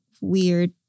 weird